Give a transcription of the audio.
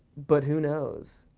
but who knows?